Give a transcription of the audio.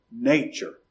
nature